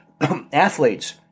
Athletes